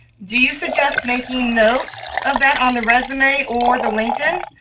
do you suggest making note of that on the resume or the linkedin?